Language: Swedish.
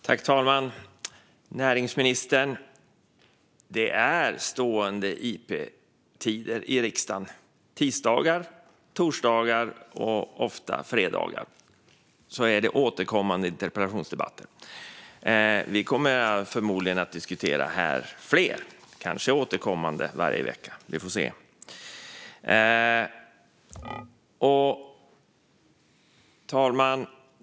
Herr talman! Näringsministern! Det finns stående tider för interpellationsdebatter i riksdagen på tisdagar, torsdagar och ofta fredagar. Vi kommer förmodligen att diskutera här fler gånger, kanske varje vecka. Vi får se. Herr talman!